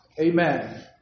Amen